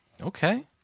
Okay